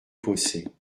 fossés